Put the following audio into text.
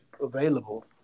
available